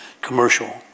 commercial